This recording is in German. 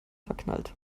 verknallt